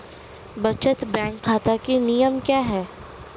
बचत बैंक खाता के नियम क्या हैं?